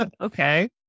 okay